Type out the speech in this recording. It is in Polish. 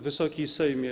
Wysoki Sejmie!